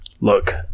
Look